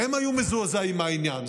והם היו מזועזעים מהעניין.